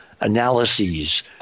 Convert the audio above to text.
analyses